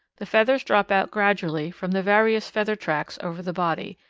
the feathers drop out gradually from the various feather tracts over the body,